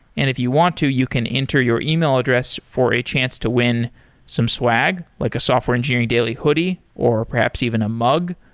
and if you want to, you can enter your email address for a chance to win some swag, like a software engineering daily hoodie, or perhaps even a mug,